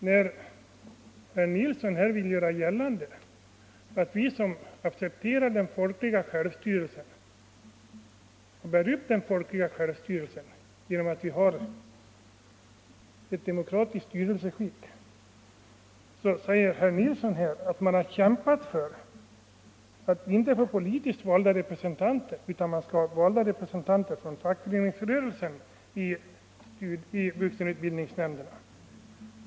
Herr Nilsson vill göra gällande att vi — som accepterar den folkliga självstyrelsen — har kämpat för att inte få med representanter från fackföreningsrörelsen i vuxenutbildningsnämnderna.